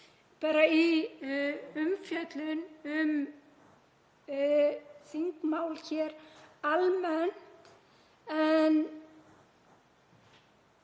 bara í umfjöllun um þingmál hér almennt, en